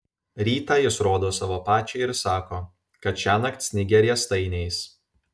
rytą jis rodo savo pačiai ir sako kad šiąnakt snigę riestainiais